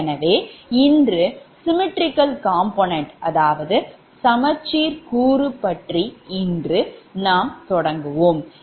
எனவே இன்று symmetrical component சமச்சீர் கூறு பற்றி இன்று நாம் தொடங்குவோம்